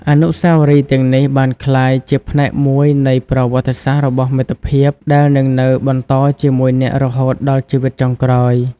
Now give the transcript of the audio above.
អនុស្សាវរីយ៍ទាំងនេះបានក្លាយជាផ្នែកមួយនៃប្រវត្តិសាស្ត្ររបស់មិត្តភាព ដែលនឹងនៅបន្តជាមួយអ្នករហូតដល់ជីវិតចុងក្រោយ។